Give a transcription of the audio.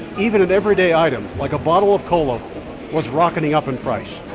even an everyday item like a bottle of cola was rocketing up in price,